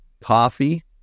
coffee